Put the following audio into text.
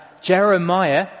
Jeremiah